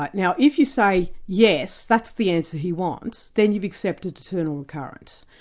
but now if you say yes, that's the answer he wants, then you've accepted eternal recurrence.